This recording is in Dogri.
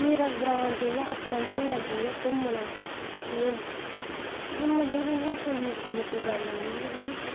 मेरा ग्रां अपना म्हल्ला जिंया घूमना नेईं मतलब इ'यां कोई निक्की मुट्टी गल्ल नेही ऐही